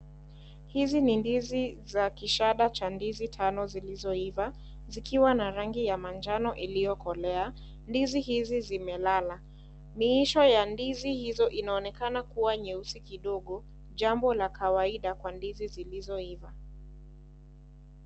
Hizi ni ndizi za kishada cha ndizi tano zilizoiva zikiwa na rangi ya manjano iliyokolea, ndizi hizi zimelala miisho ya ndizi hizo inaonekana kuwa nyeusi kidogo jambo la kawaida kwa ndizi zilizoiva.